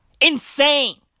Insane